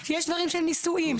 יש דברים של נישואים,